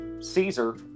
caesar